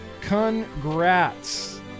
congrats